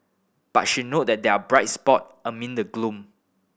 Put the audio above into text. but she note that they are bright spot amid the gloom